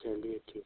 चलिए ठीक है